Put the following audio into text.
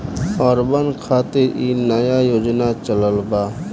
urban खातिर इ नया योजना चलल बा